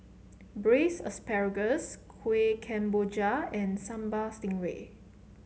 Braised Asparagus Kueh Kemboja and Sambal Stingray